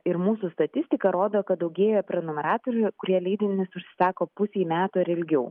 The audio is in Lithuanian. ir mūsų statistika rodo kad daugėja prenumeratorių kurie leidinius užsisako pusei metų ar ilgiau